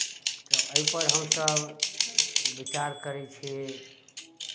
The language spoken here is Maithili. तऽ एहिपर हमसभ विचार करै छियै